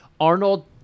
Arnold